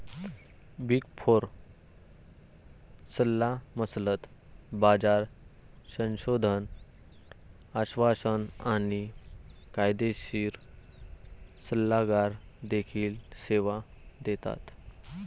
big four सल्लामसलत, बाजार संशोधन, आश्वासन आणि कायदेशीर सल्लागार देखील सेवा देतात